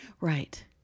Right